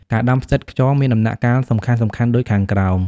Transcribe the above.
ការដាំផ្សិតខ្យងមានដំណាក់កាលសំខាន់ៗដូចខាងក្រោម